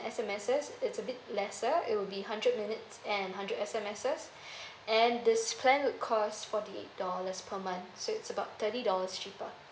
S_M_Ses it's a bit lesser it will be hundred minutes and hundred S_M_Ses and this plan would cost forty eight dollars per month so it's about thirty dollars cheaper